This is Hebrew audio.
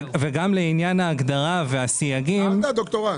וגם לעניין ההגדרה והסייגים הדוקטורט